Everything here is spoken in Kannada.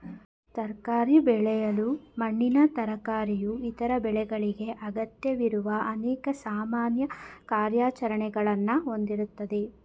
ತರಕಾರಿ ಬೆಳೆಯಲು ಮಣ್ಣಿನ ತಯಾರಿಕೆಯು ಇತರ ಬೆಳೆಗಳಿಗೆ ಅಗತ್ಯವಿರುವ ಅನೇಕ ಸಾಮಾನ್ಯ ಕಾರ್ಯಾಚರಣೆಗಳನ್ನ ಹೊಂದಿರ್ತದೆ